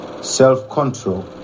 self-control